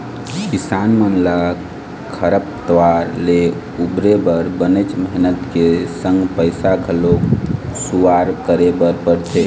किसान मन ल खरपतवार ले उबरे बर बनेच मेहनत के संग पइसा घलोक खुवार करे बर परथे